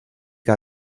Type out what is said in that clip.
que